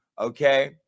okay